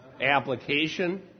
application